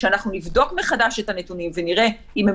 שאנחנו נבדוק מחדש את הנתונים ונראה אם הם